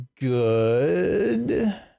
good